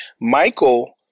Michael